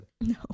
No